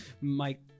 Mike